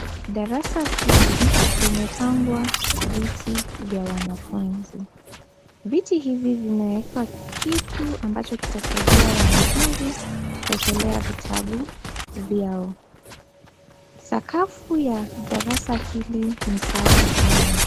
Darasa hili limepangwa viti vya wanafunzi viti hivi vimewekwa kitu ambacho kitasaidia wanafunzi kuekelea vitabu vyao, sakafu ya darasa hili ni safi sana.